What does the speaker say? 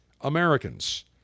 Americans